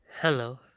Hello